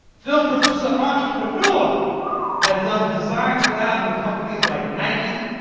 film producer, entrepreneur has done design collabs with companies like nike,